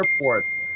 airports